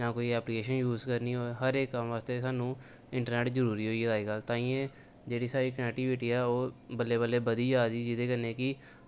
जां कोई application use करनी होऐ हर इक्क कम्म वास्तै असेंगी इंटरनैट्ट जरूरी होई गेदा अजकल तां गै जेह्ड़ी साढ़ी कनेक्टिविटी ऐ ओह् बल्लें बल्लें बधी जा'रदी जेह्दे कन्नै कि